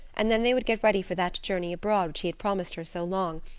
and then they would get ready for that journey abroad which he had promised her so long,